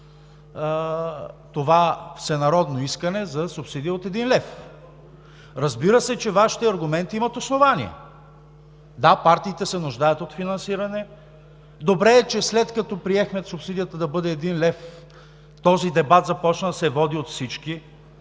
това всенародно искане за субсидия от 1 лв. Разбира се, че Вашите аргументи имат основание – да, партиите се нуждаят от финансиране. Добре е, че след като приехме субсидията да бъде 1 лв., този дебат започна да се води от всички.